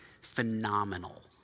phenomenal